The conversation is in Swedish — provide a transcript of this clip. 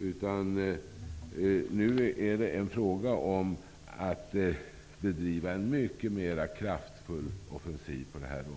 utan nu är det fråga om att bedriva en mycket kraftfullare offensiv på detta område.